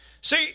See